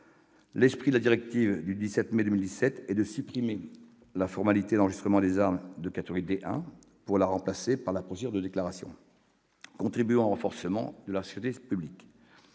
La directive du 17 mai 2017 supprime la formalité d'enregistrement des armes de catégorie D1 pour la remplacer par la procédure de déclaration, afin de contribuer au renforcement de la sécurité publique.